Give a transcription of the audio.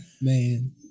Man